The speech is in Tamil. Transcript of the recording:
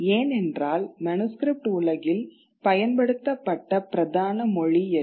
ஏனென்றால் மனுஸ்க்ரிப்ட் உலகில் பயன்படுத்தப்பட்ட பிரதான மொழி எது